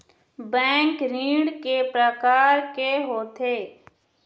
Bank ऋण के प्रकार के होथे?